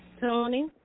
Tony